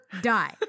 die